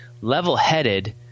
level-headed